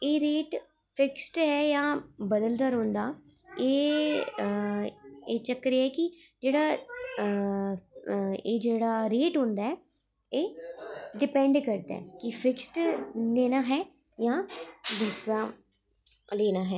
एह् rate fix ऐ जां बदलदा रौंह्दा एह् चक्कर एह् ऐ कि जेह्ड़ा एह् जेह्ड़ा रेट होंदा ऐ एह् डिपैंड करदा ऐ कि फिक्सड लैनैं ऐ जां दूसरा लैनां ऐ